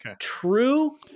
true